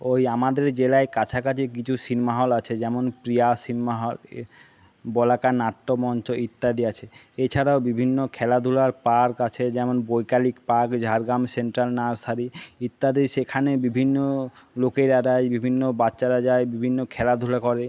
ওই আমাদের জেলায় কাছাকাছি কিছু সিনেমা হল আছে যেমন প্রিয়া সিনেমা হল বলাকা নাট্যমঞ্চ ইত্যাদি আছে এছাড়াও বিভিন্ন খেলাধুলার পার্ক আছে যেমন বৈকালিক পার্ক ঝাড়গ্রাম সেন্টার নার্সারি ইত্যাদি সেখানে বিভিন্ন লোকেরা যায় বিভিন্ন বাচ্চারা যায় বিভিন্ন খেলাধুলা করে